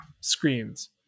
screens